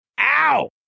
Ow